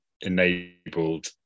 enabled